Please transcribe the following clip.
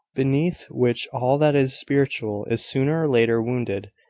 beneath which all that is spiritual is sooner or later wounded,